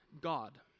God